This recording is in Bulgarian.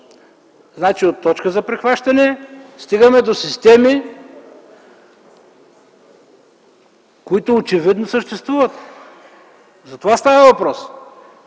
център. От точка за прихващане, стигаме до системи, които очевидно съществуват. За това става въпрос,